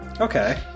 Okay